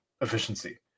efficiency